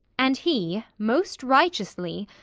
and he, most righteously,